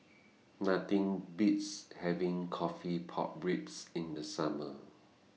Nothing Beats having Coffee Pork Ribs in The Summer